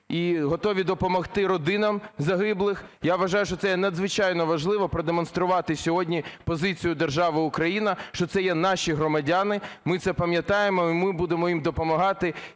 і готові допомогти родинам загиблих. Я вважаю, що це є надзвичайно важливо – продемонструвати сьогодні позицію держави Україна, що це є наші громадяни. Ми це пам'ятаємо, і ми будемо їм допомагати,